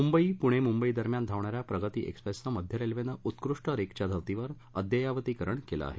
मुंबई पुणे मुंबई दरम्यान धावणा या प्रगती एक्सप्रेसचं मध्य रेल्वेनं उत्कृष्ट रेक च्या धर्तीवर अद्ययावतीकरण केलं आहे